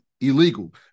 illegal